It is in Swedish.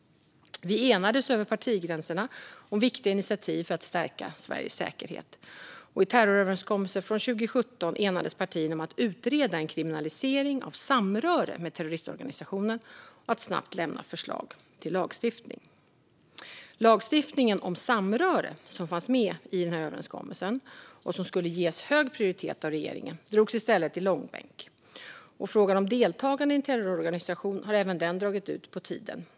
Vi enades över partigränserna om viktiga initiativ för att stärka Sveriges säkerhet. I terroröverenskommelsen från 2017 enades partierna om att utreda en kriminalisering av samröre med terroristorganisationer och att snabbt lämna förslag till lagstiftning. Lagstiftningen om samröre, som fanns med i denna överenskommelse och som skulle ges hög prioritet av regeringen, drogs i stället i långbänk. Frågan om deltagande i en terrororganisation har även den dragit ut på tiden.